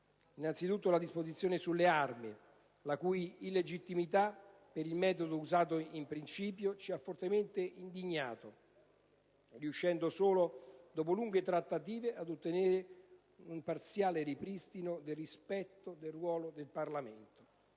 Innanzitutto la disposizione sulle armi, la cui illegittimità, per il metodo usato in principio, ci ha fortemente indignato, riuscendo solo dopo lunghe trattative ad ottenere un parziale ripristino del rispetto del ruolo del Parlamento.